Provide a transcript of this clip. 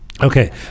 Okay